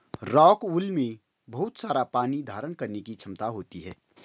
rockwool में बहुत सारा पानी धारण करने की क्षमता होती है